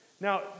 Now